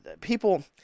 people